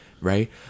right